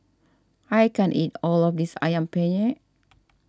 I can't eat all of this Ayam Penyet